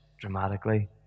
dramatically